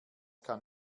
kann